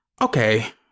okay